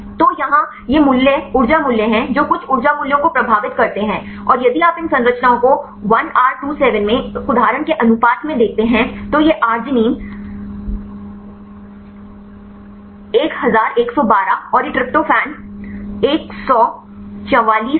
तो यहाँ ये मूल्य ऊर्जा मूल्य हैं जो कुछ ऊर्जा मूल्यों को प्रभावित करते हैं और यदि आप इन संरचनाओं को 1R27 में एक उदाहरण के अनुपात में देखते हैं तो यह arginine 1112 और यह एक ट्रिप्टोफैन 144 है